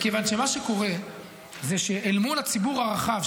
מכיוון שמה שקורה זה שאל מול הציבור הרחב,